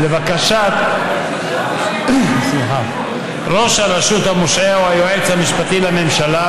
לבקשת ראש הרשות המושעה או היועץ המשפטי לממשלה